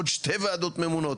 עוד שתי ועדות ממונות.